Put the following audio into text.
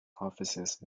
offices